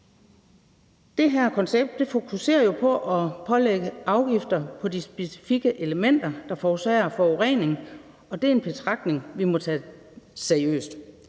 Det her koncept fokuserer jo på at lægge afgifter på de specifikke elementer, der forårsager forurening, og det er en betragtning, vi må tage seriøst.